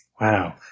Wow